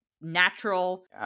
natural